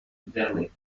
vernet